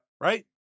Right